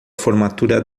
formatura